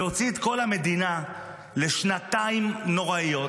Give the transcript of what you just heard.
והוציא את כל המדינה לשנתיים נוראיות,